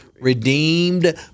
redeemed